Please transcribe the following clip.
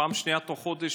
פעם שנייה תוך חודש,